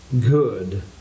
good